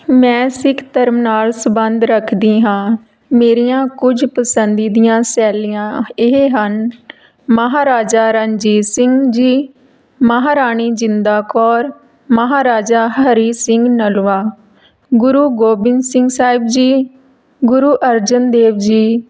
ਮੈਂ ਸਿੱਖ ਧਰਮ ਨਾਲ ਸਬੰਧ ਰੱਖਦੀ ਹਾਂ ਮੇਰੀਆਂ ਕੁਝ ਪਸੰਦੀ ਦੀਆਂ ਸ਼ੈਲੀਆਂ ਇਹ ਹਨ ਮਹਾਰਾਜਾ ਰਣਜੀਤ ਸਿੰਘ ਜੀ ਮਹਾਰਾਣੀ ਜਿੰਦਾ ਕੌਰ ਮਹਾਰਾਜਾ ਹਰੀ ਸਿੰਘ ਨਲੂਆ ਗੁਰੂ ਗੋਬਿੰਦ ਸਿੰਘ ਸਾਹਿਬ ਜੀ ਗੁਰੂ ਅਰਜਨ ਦੇਵ ਜੀ